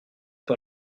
par